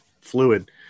fluid